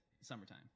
Summertime